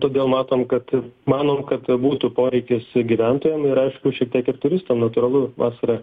todėl matom kad manom kad būtų poreikius gyventojam ir aišku šiek tiek ir turistam natūralu vasara